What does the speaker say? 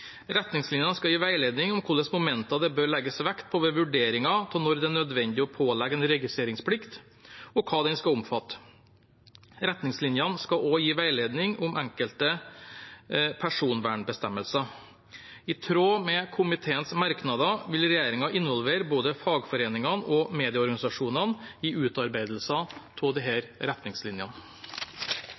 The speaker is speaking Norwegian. Retningslinjene skal gi veiledning om hvilke momenter det bør legges vekt på ved vurderingen av når det er nødvendig å pålegge en registreringsplikt, og hva den skal omfatte. Retningslinjene skal også gi veiledning om enkelte personvernbestemmelser. I tråd med komiteens merknader vil regjeringen involvere både fagforeningene og medieorganisasjonene i utarbeidelsen av